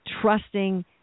trusting